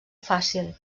fàcil